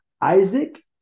Isaac